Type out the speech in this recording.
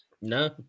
No